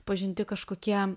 pažinti kažkokie